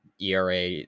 ERA